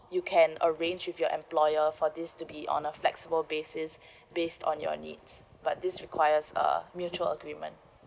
you can arrange with your employer for this to be on a flexible basis based on your needs but this requires a mutual agreement